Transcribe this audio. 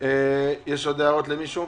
יש עוד הערות למישהו?